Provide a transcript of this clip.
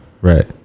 Right